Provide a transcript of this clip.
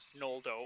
Noldo